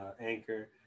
Anchor